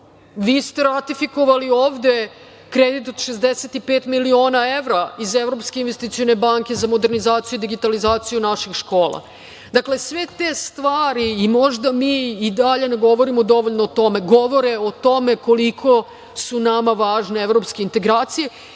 Vi ste ovde ratifikovali kredit od 65 miliona evra iz Evropske investicione banke za modernizaciju i digitalizaciju naših škola. Dakle, sve te stvari, možda mi i dalje ne govorimo dovoljno o tome, govore o tome koliko su nama važne evropske integracije